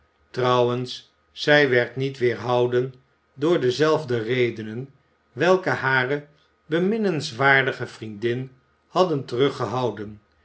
trouwens zij werd niet weerhouden door dezelfde redenen welke hare beminnenswaardige vriendin hadden